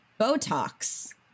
Botox